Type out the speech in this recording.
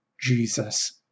Jesus